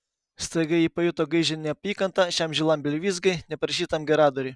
staiga ji pajuto gaižią neapykantą šiam žilam blevyzgai neprašytam geradariui